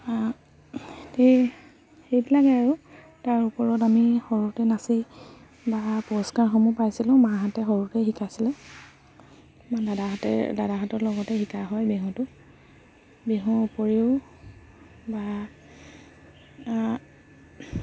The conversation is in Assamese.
সেই সেইবিলাকে আৰু তাৰ ওপৰত আমি সৰুতে নাচি বা পুৰস্কাৰসমূহ পাইছিলোঁ মাহঁতে সৰুতেই শিকাইছিলে বা দাদাহঁতে দাদাহঁতৰ লগতে শিকা হয় বিহুটো বিহুৰ উপৰিও বা